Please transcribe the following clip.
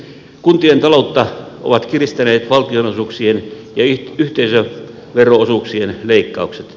kuntien taloutta ovat kiristäneet valtionosuuksien ja yhteisövero osuuksien leikkaukset